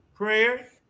prayer